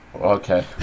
Okay